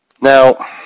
Now